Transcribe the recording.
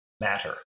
matter